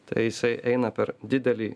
tai jisai eina per didelį